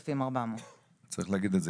5400*. צריך להגיד את זה.